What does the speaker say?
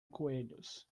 coelhos